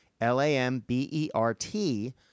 L-A-M-B-E-R-T